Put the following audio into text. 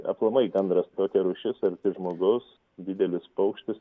aplamai gandras tokia rūšis ir žmogus didelis paukštis